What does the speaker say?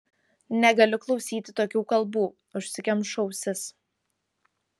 negaliu klausyti tokių kalbų užsikemšu ausis